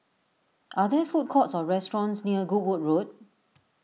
are there food courts or restaurants near Goodwood Road